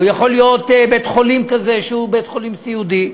או יכול להיות בית-חולים שהוא בית-חולים סיעודי,